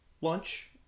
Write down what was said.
lunch